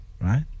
right